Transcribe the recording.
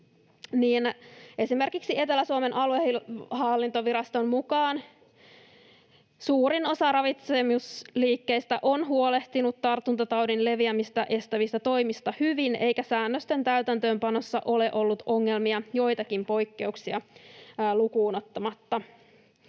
esimerkiksi Etelä-Suomen aluehallintoviraston mukaan suurin osa ravitsemusliikkeistä on huolehtinut tartuntataudin leviämistä estävistä toimista hyvin eikä säännösten täytäntöönpanossa ole ollut ongelmia joitakin poikkeuksia lukuun ottamatta.